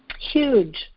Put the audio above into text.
huge